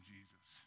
Jesus